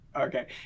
okay